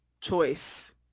choice